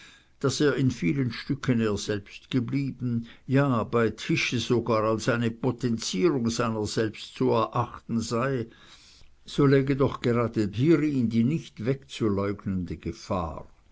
daß er in vielen stücken er selbst geblieben ja bei tische sogar als eine potenzierung seiner selbst zu erachten sei so läge doch gerade hierin die nicht wegzuleugnende gefahr